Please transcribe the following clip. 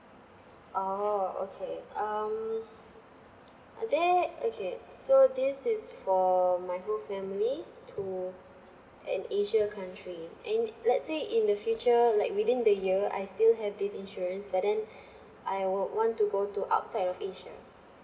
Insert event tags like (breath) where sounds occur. oh okay um ah that okay so this is for my whole family to in asia country and let's say in the future like within the year I still have this insurance but then (breath) I would want to go to outside of asia